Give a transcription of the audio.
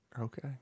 Okay